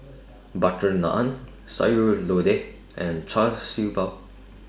Butter Naan Sayur Lodeh and Char Siew Bao